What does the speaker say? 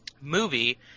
movie